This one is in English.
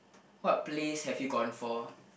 what plays have you gone for